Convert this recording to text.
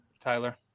tyler